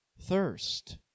thirst